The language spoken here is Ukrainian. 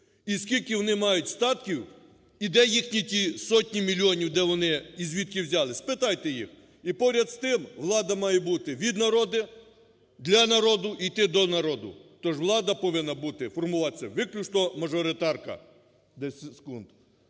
і скільки вони мають статків, і де їхні ті сотні мільйонів, де вони, і звідки взяли, спитайте їх. І, поряд з тим, влада має бути від народу, для народу і йти до народу, то ж влада повинна бути, формуватися виключно мажоритарка… 10 секунд.